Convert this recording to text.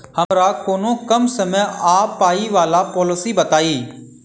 हमरा कोनो कम समय आ पाई वला पोलिसी बताई?